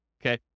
okay